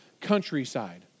countryside